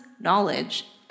knowledge